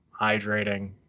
hydrating